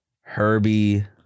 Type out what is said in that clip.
Herbie